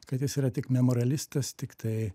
kad jis yra tik memorialistas tiktai